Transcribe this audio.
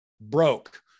broke